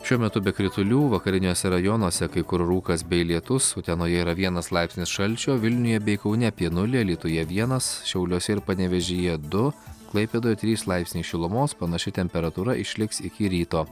šiuo metu be kritulių vakariniuose rajonuose kai kur rūkas bei lietus utenoje yra vienas laipsnis šalčio vilniuje bei kaune apie nulį alytuje vienas šiauliuose ir panevėžyje du klaipėdoje trys laipsniai šilumos panaši temperatūra išliks iki ryto